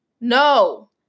No